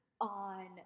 on